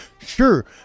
Sure